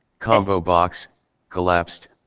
combo box collapsed,